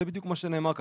זה בדיוק מה שנאמר כאן.